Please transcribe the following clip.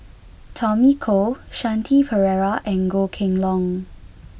Tommy Koh Shanti Pereira and Goh Kheng Long